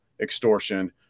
extortion